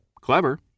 clever